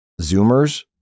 Zoomers